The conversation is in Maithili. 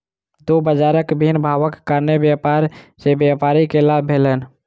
दू बजारक भिन्न भावक कारणेँ व्यापार सॅ व्यापारी के लाभ भेलैन